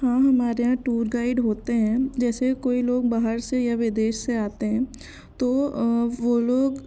हाँ हमारे यहाँ टूर गाइड होते हैं जैसे कोई लोग बाहर से या विदेश से आते हैं तो वो लोग